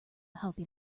healthy